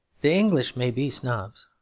the english may be snobs,